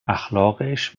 اخلاقش